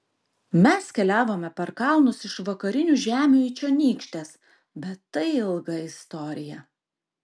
mes keliavome per kalnus iš vakarinių žemių į čionykštes bet tai ilga istorija